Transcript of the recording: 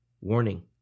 Warning